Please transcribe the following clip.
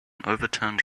overturned